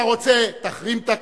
אתה רוצה, תחרים את הכנסת.